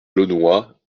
launois